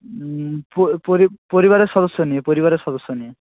পরিবারের সদস্য নিয়ে পরিবারের সদস্য নিয়ে